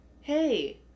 hey